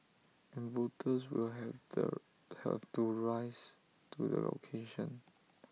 and voters will have the have to rise to the occasion